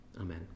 amen